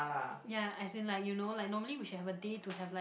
ya as in like you know like normally we should have a day to have like